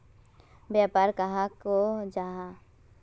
व्यापार कहाक को जाहा?